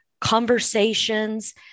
conversations